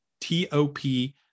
T-O-P